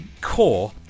core